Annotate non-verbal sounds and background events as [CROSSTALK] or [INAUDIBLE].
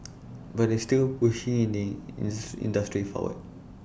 but it's still pushing in the [UNINTELLIGIBLE] industry forward